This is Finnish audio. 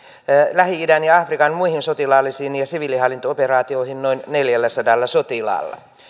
lähi idän ja afrikan muihin sotilaallisiin ja siviilihallinto operaatioihin noin neljälläsadalla sotilaalla